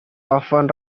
often